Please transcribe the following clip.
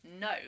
no